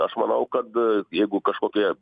aš manau kad jeigu kažkokioje